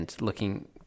looking